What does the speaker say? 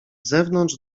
zewnątrz